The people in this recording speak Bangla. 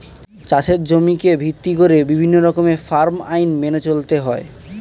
চাষের জমিকে ভিত্তি করে বিভিন্ন রকমের ফার্ম আইন মেনে চলতে হয়